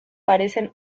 parecen